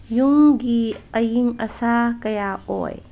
ꯌꯨꯝꯒꯤ ꯑꯌꯤꯡ ꯑꯁꯥ ꯀꯌꯥ ꯑꯣꯏ